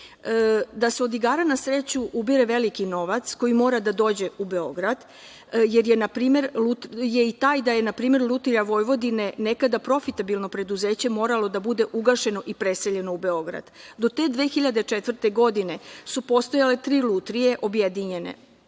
se od igara na sreću ubire veliki novac koji mora da dođe u Beograd je i taj da je, na primer, „Lutrija Vojvodine“, nekada profitabilno preduzeće, moralo da bude ugašeno i preseljeno u Beograd. Do te 2004. godine su postojale tri lutrije, objedinjene